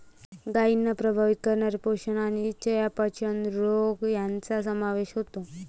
गायींना प्रभावित करणारे पोषण आणि चयापचय रोग यांचा समावेश होतो